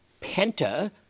Penta